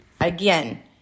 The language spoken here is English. Again